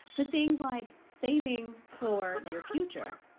the things like saving for your future.